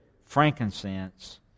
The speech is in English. frankincense